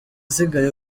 usigaye